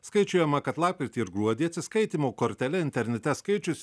skaičiuojama kad lapkritį ir gruodį atsiskaitymo kortele internete skaičius